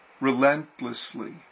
relentlessly